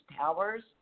towers